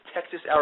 Texas